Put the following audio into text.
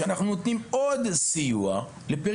אני יכול לספר לכם שאנחנו נותנים סיוע נוסף לפריפריה,